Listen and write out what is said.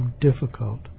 difficult